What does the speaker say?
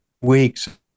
weeks